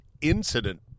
incident